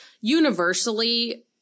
universally